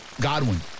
Godwin